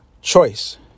choice